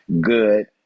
good